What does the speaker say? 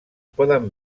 poden